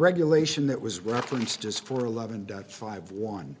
regulation that was referenced is for eleven done five one